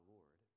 Lord